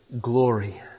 glory